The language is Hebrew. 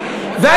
שופטים,